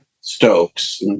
Stokes